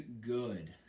good